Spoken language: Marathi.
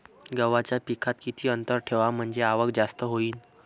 गव्हाच्या पिकात किती अंतर ठेवाव म्हनजे आवक जास्त होईन?